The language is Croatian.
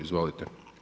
Izvolite.